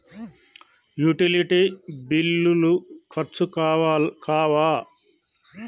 Utility బిల్లులు ఖర్చు కావా?